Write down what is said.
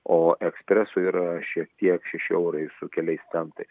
o ekspresu yra šiek tiek šeši eurai su keliais centais